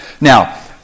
Now